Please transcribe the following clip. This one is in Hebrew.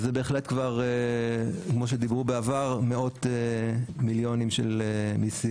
זה בהחלט כבר כמו שדיברו בעבר מאות מיליארדים של מיסים.